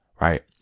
right